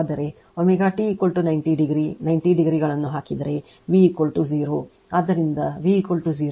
ಆದ್ದರಿಂದ ω t 90 degree ಆದಾಗ I I m